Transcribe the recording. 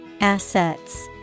Assets